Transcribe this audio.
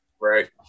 Right